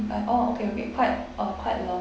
mm uh orh okay okay quite uh quite low